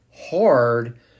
Hard